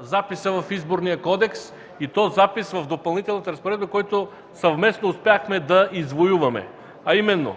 записа в Изборния кодекс и то запис в Допълнителната разпоредба, който съвместно успяхме да извоюваме, а именно ...